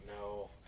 No